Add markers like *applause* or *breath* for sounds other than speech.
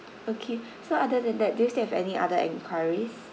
okay *breath* so other than that do you still have any other enquiries